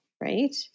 right